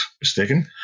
mistaken